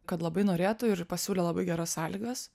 kad labai norėtų ir pasiūlė labai geras sąlygas